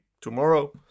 tomorrow